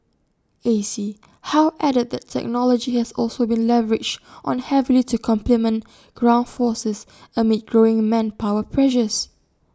A C How added that technology has also been leveraged on heavily to complement ground forces amid growing manpower pressures